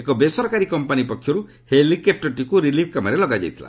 ଏକ ବେସରକାରୀ କମ୍ପାନୀ ପକ୍ଷରୁ ହେଲିକପୂରଟିକୁ ରିଲିଫ୍ କାମରେ ଲଗାଯାଇଥିଲା